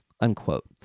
unquote